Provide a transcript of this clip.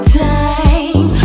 time